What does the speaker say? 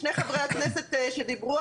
שני חברי הכנסת שדיברו,